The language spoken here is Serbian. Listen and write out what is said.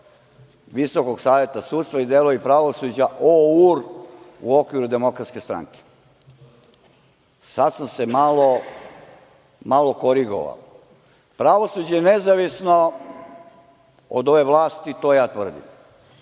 Visokog saveta sudstva i delovi pravosuđa OUR u okviru Demokratske stranke, sad sam se malo korigovao. Pravosuđe je nezavisno od ove vlasti, to ja tvrdim,